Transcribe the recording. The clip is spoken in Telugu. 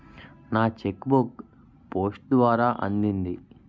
నా చెక్ బుక్ పోస్ట్ ద్వారా అందింది